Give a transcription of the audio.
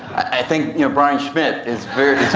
i think yeah brian schmidt is very